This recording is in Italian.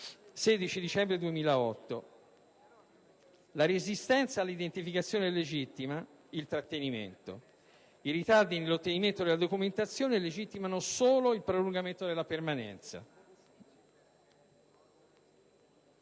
dell'intervento: la resistenza all'identificazione legittima il trattenimento, i ritardi nell'ottenimento della documentazione legittimano solo il prolungamento della permanenza»,